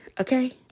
okay